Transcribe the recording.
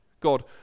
God